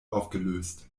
aufgelöst